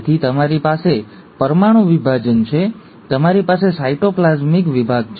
તેથી તમારી પાસે પરમાણુ વિભાજન છે તમારી પાસે સાયટોપ્લાઝમિક વિભાગ છે